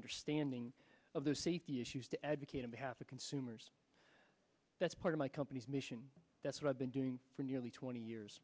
understanding of the safety issues to advocate on behalf of consumers that's part of my company's mission that's what i've been doing for nearly twenty years